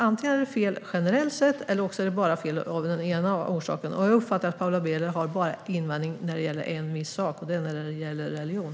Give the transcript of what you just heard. Antingen är det fel generellt sett eller också är det fel av bara den ena orsaken. Jag uppfattar att Paula Bieler invänder av en anledning, nämligen när det gäller religion.